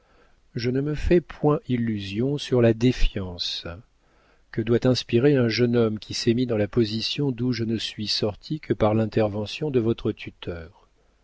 je ne me fais point illusion sur la défiance que doit inspirer un jeune homme qui s'est mis dans la position d'où je ne suis sorti que par l'intervention de votre tuteur